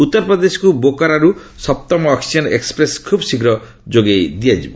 ଉତ୍ତରପ୍ରଦେଶକୁ ବୋକାରୋରୁ ସପ୍ତମ oxygen express ଖୁବ୍ ଶୀଘ୍ର ଯୋଗାଇ ଦିଆଯିବ